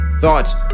thoughts